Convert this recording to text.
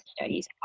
studies